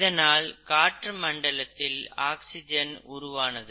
இதனால் காற்று மண்டலத்தில் ஆக்சிஜன் உருவானது